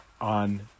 on